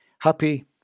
Happy